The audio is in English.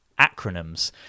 acronyms